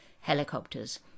helicopters